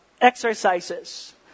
Exercises